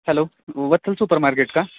hello Vatsal supermarket का